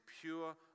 pure